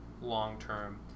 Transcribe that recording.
long-term